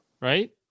right